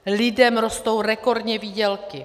Lidem rostou rekordně výdělky.